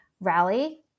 rally